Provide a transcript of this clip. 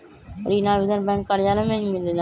ऋण आवेदन बैंक कार्यालय मे ही मिलेला?